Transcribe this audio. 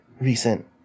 recent